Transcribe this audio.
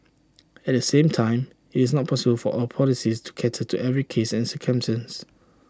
at the same time IT is not possible for our policies to cater to every cases